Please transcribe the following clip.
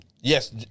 yes